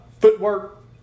footwork